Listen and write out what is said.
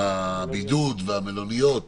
הבידוד והמלוניות